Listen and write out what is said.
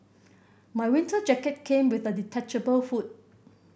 my winter jacket came with a detachable hood